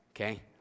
Okay